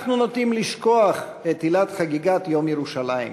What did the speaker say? אנחנו נוטים לשכוח את עילת חגיגת יום ירושלים,